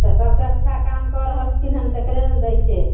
तऽ सबसँ अच्छा कामकऽ रहलखिन हन तकरे ने दैके हइ